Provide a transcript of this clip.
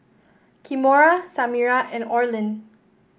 Kimora Samira and Orlin